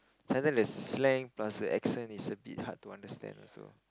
sometime the slang plus the accent is a bit hard to understand also